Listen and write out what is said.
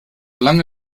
lange